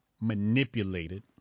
Manipulated